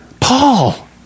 Paul